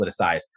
politicized